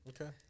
Okay